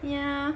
yeah